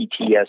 PTS